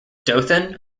dothan